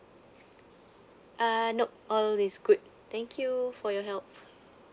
uh nope all is good thank you for your help